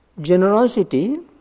generosity